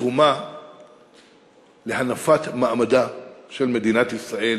לתרומה להנפת מעמדה של מדינת ישראל